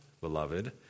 beloved